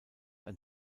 ein